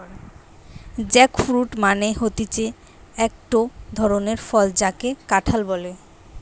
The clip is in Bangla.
জ্যাকফ্রুট মানে হতিছে একটো ধরণের ফল যাকে কাঁঠাল বলে